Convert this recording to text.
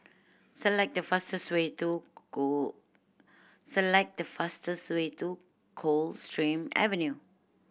select the fastest way to select the fastest way to Coldstream Avenue